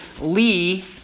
Lee